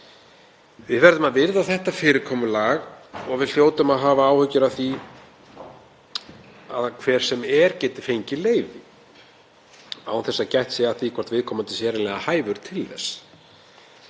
Við verðum að virða þetta fyrirkomulag og hljótum að hafa áhyggjur af því að hver sem er geti fengið leyfi án þess að gætt sé að því hvort viðkomandi sé raunverulega hæfur til þess.